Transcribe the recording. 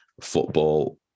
football